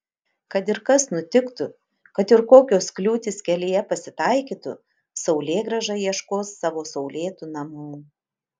kad ir kas nutiktų kad ir kokios kliūtys kelyje pasitaikytų saulėgrąža ieškos savo saulėtų namų